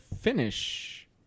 Finish